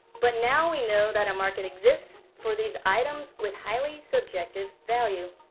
but, now we know that a market exists for these items with highly subjective value.